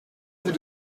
vous